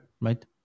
right